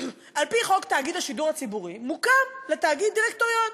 על-פי חוק תאגיד השידור הציבורי מוקם לתאגיד דירקטוריון.